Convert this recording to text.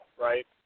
right